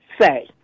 say